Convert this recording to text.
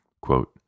Quote